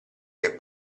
che